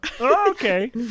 Okay